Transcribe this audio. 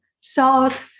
salt